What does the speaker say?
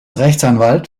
rechtsanwalt